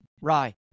Rye